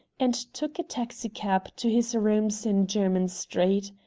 and took a taxicab to his rooms in jermyn street.